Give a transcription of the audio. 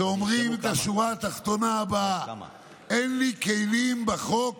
שאומרות את השורה התחתונה הבאה: אין לי כלים בחוק